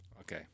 Okay